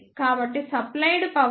కాబట్టి supplied power Pi V CC